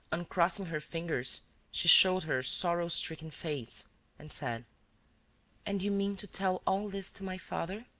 uncrossing her fingers, she showed her sorrow-stricken face and said and you mean to tell all this to my father?